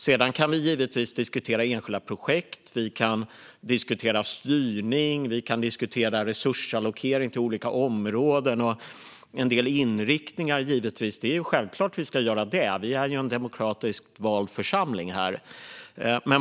Vi kan och ska självklart diskutera enskilda projekt, styrning, resursallokering till olika områden och en del inriktningar. Vi är ju en demokratiskt vald församling.